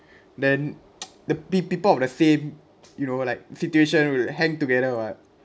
then the peo~ people of the same you know like situation will hang together [what]